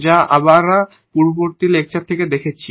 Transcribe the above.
যা আমরা পূর্ববর্তী লেকচার থেকে দেখেছি